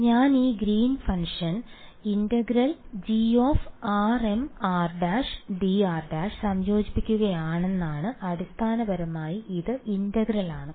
ഞാൻ ഈ ഗ്രീനിന്റെ ഫംഗ്ഷൻ ∫grmr′dr′ സംയോജിപ്പിക്കുകയാണ് അടിസ്ഥാനപരമായി ഇത് ഇന്റഗ്രൽ ആണ്